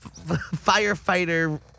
firefighter